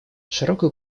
широкую